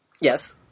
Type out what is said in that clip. Yes